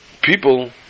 people